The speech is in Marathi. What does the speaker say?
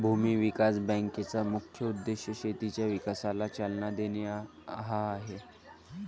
भूमी विकास बँकेचा मुख्य उद्देश शेतीच्या विकासाला चालना देणे हा आहे